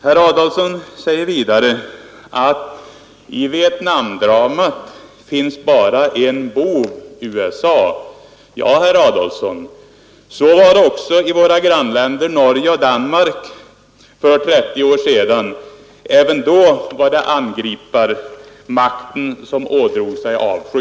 Herr Adolfsson säger vidare att det enligt radio-TV i Vietnamdramat finns bara en bov, USA. Ja, herr Adolfsson, så var det också i våra grannländer Norge och Danmark för 30 år sedan. Även då var det angriparmakten som ådrog sig avsky.